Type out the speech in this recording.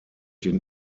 den